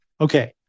Okay